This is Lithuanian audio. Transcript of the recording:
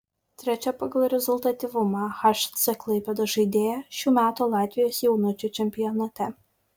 trečia pagal rezultatyvumą hc klaipėdos žaidėja šių metų latvijos jaunučių čempionate